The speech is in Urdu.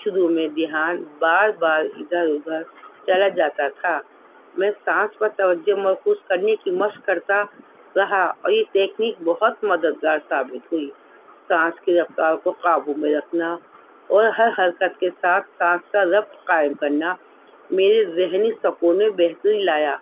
شروع میں دھیان بار بار ادھر ادھر چلا جاتا تھا میں سانس پر توجہ مرکوز کرنے کی مشق کرتا رہا اور یہ تیکنیک بہت مددگار ثابت ہوئی سانس کی رفتار کو قابو میں رکھنا اور ہر حرکت کے ساتھ سانس کا ربط قائم کرنا میرے ذہنی سکون میں بہتری لایا